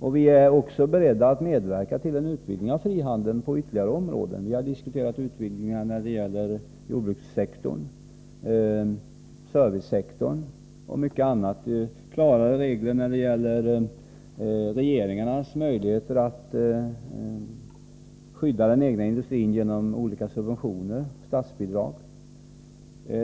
och vi är också beredda att medverka till en utvidgning av frihandeln på ytterligare områden. Vi har diskuterat utvidgningar när det gäller jordbrukssektorn, servicesektorn och mycket annat. Vi har diskuterat klarare regler när det gäller regeringarnas möjligheter att skydda den egna industrin genom olika subventioner och statsbidrag.